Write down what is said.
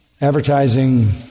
advertising